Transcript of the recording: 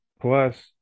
plus